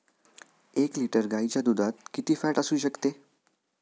एक लिटर गाईच्या दुधात किती फॅट असू शकते?